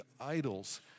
idols